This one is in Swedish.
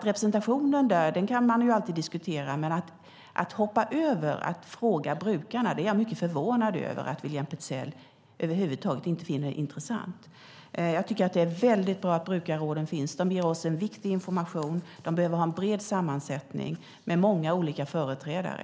Representationen där kan man alltid diskutera, men att hoppa över att fråga brukarna är jag mycket förvånad över att William Petzäll över huvud taget finner intressant. Jag tycker att det är väldigt bra att brukarråden finns. De ger oss viktig information. De behöver ha en bred sammansättning med många olika företrädare.